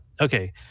okay